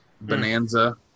bonanza